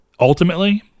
ultimately